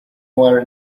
were